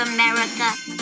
America